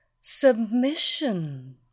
Submission